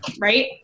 right